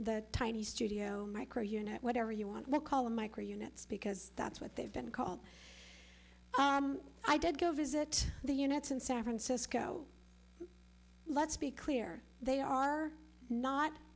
the tiny studio micro unit whatever you want call in micro units because that's what they've been called i did go visit the units in san francisco let's be clear they are not